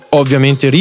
ovviamente